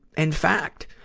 in fact.